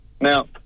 Now